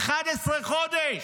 11 חודשים.